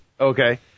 okay